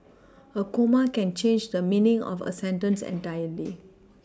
a comma can change the meaning of a sentence entirely